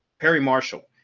perry marshall,